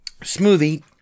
smoothie